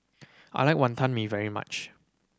I like Wantan Mee very much